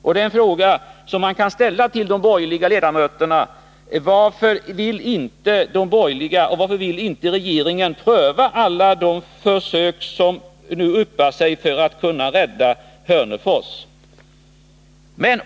Det är en fråga man kan ställa till de borgerliga ledamöterna: Varför vill inte de borgerliga och regeringen pröva alla de försök som nu yppar sig för att kunna rädda Hörnefors?